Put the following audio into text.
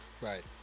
right